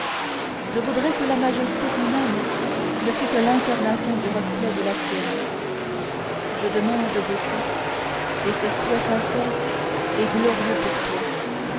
je voudrais que la majesté humaine ne fût que l'incarnation du reflet de la tienne je demande beaucoup et ce souhait sincère est glorieux pour toi